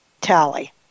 Tally